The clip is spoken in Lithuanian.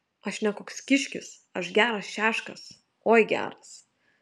aš ne koks kiškis aš geras šeškas oi geras